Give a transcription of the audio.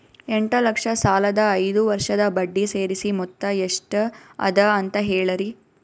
ಎಂಟ ಲಕ್ಷ ಸಾಲದ ಐದು ವರ್ಷದ ಬಡ್ಡಿ ಸೇರಿಸಿ ಮೊತ್ತ ಎಷ್ಟ ಅದ ಅಂತ ಹೇಳರಿ?